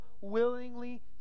willingly